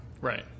Right